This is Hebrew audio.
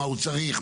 מה צריך,